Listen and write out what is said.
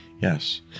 Yes